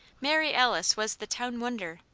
mary alice was the town wonder,